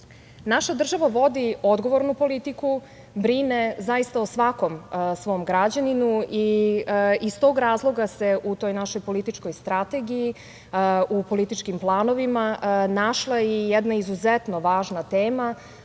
država vodi odgovornu politiku, brine zaista o svakom svom građaninu i iz tog razloga se u toj našoj političkoj strategiji, u političkim planovima našla i jedna izuzetno važna tema,